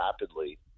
rapidly